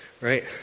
right